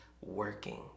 working